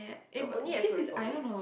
ya only at food republic